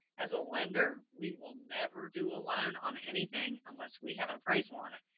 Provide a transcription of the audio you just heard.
as a lender, we will never do a loan on anything unless we have an appraisal on it.